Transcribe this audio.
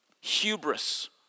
Hubris